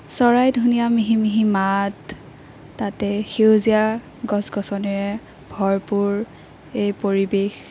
চৰাইৰ ধুনীয়া মিহি মিহি মাত তাতে সেউজীয়া গছ গছনিৰে ভৰপূৰ এই পৰিৱেশ